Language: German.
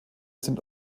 sind